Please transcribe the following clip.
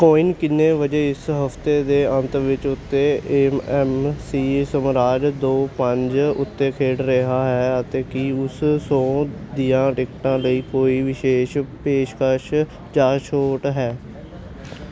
Queen ਕਿੰਨੇ ਵਜੇ ਇਸ ਹਫਤੇ ਦੇ ਅੰਤ ਵਿਚ ਉੱਤੇ ਏ ਐਮ ਸੀ ਸਾਮਰਾਜ ਦੋ ਪੰਜ ਉੱਤੇ ਖੇਡ ਰਿਹਾ ਹੈ ਅਤੇ ਕੀ ਉਸ ਸ਼ੋਅ ਦੀਆਂ ਟਿਕਟਾਂ ਲਈ ਕੋਈ ਵਿਸ਼ੇਸ਼ ਪੇਸ਼ਕਸ਼ ਜਾਂ ਛੋਟ ਹੈ